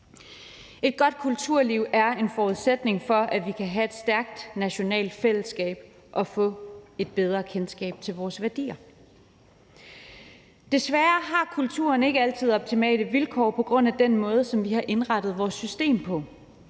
Et godt kulturliv er en forudsætning for, at vi kan have et stærkt nationalt fællesskab og få et bedre kendskab til vores værdier. Desværre har kulturen ikke altid optimale vilkår på grund af den måde, som vi har indrettet vores system på.